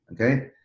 Okay